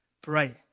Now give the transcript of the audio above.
pray